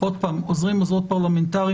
עוד פעם, עוזרים ועוזרות פרלמנטריים.